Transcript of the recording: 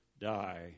die